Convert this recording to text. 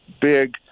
big